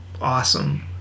awesome